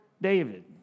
David